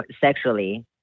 sexually